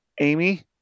Amy